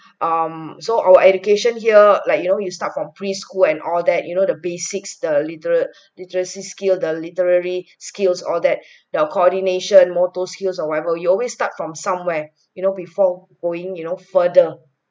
um so our education here like you know you start from preschool and all that you know the basics the literate literacy skill the literary skills all that the coordination motor skills or whatever you always start from somewhere you know before going you know further